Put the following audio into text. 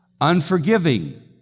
unforgiving